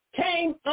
came